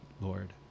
Lord